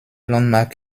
landmark